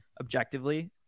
objectively